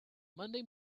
monday